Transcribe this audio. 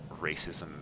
racism